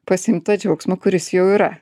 pasiimti tą džiaugsmą kuris jau yra